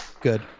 good